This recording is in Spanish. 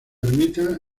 ermita